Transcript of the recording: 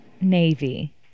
Navy